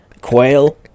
quail